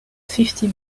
fifty